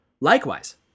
likewise